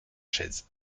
chaise